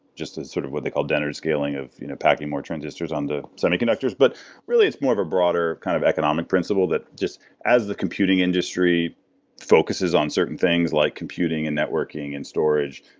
just as sort of what they call and scaling of you know packing more transistors on the semiconductors. but really, it's more of a broader kind of economic principle that just as the computing industry focuses on certain things, like computing and networking, and storage.